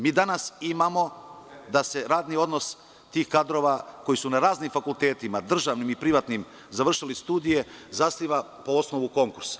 Mi danas imamo da se radni odnos tih kadrova koji su na raznim fakultetima, državnim i privatnim, završili studije, zasniva po osnovu konkursa.